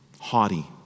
Haughty